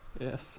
Yes